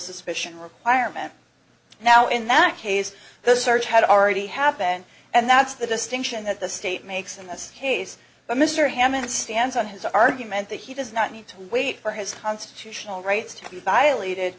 suspicion requirement now in that case the search had already happened and that's the distinction that the state makes in this case but mr hammond stands on his argument that he does not need to wait for his constitutional rights to be violated